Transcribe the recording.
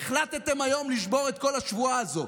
והחלטתם לשבור את כל השבועה הזו,